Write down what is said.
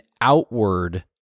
outward